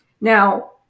Now